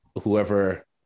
whoever